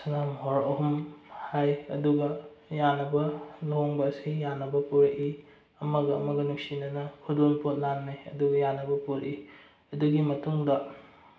ꯁꯅꯥ ꯃꯣꯍꯣꯔ ꯑꯍꯨꯝ ꯍꯥꯏ ꯑꯗꯨꯒ ꯌꯥꯅꯕ ꯂꯨꯍꯣꯡꯕ ꯑꯁꯤ ꯌꯥꯅꯕ ꯄꯨꯔꯛꯏ ꯑꯃꯒ ꯑꯃꯒ ꯅꯨꯡꯁꯤꯅꯅ ꯈꯨꯗꯣꯜꯄꯣꯠ ꯂꯥꯟꯅꯩ ꯑꯗꯨꯒ ꯌꯥꯅꯕ ꯄꯨꯔꯛꯏ ꯑꯗꯨꯒꯤ ꯃꯇꯨꯡꯗ